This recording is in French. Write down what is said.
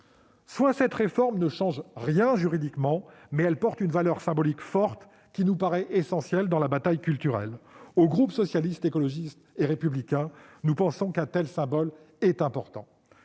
soit cette réforme ne change rien juridiquement, mais elle porte une valeur symbolique forte qui nous paraît essentielle dans la bataille culturelle- le groupe Socialiste, Écologiste et Républicain pense qu'un tel symbole est important